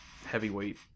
heavyweight